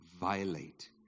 violate